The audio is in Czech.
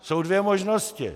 Jsou dvě možnosti.